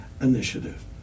initiative